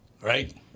right